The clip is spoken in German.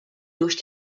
durch